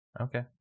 Okay